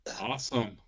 awesome